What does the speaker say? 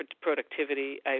productivity